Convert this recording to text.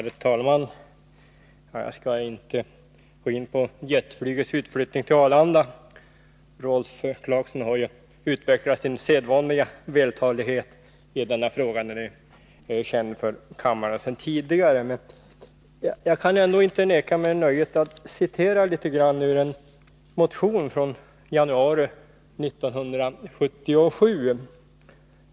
Herr talman! Jag skall inte gå in på jetflygets utflyttning till Arlanda — Rolf Clarkson har utvecklat denna fråga med sedvanlig vältalighet som är känd för kammaren sedan tidigare. Jag kan ändå inte neka mig nöjet att citera litet grand ur en motion från januari 1977.